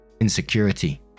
Insecurity